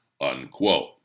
unquote